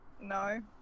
No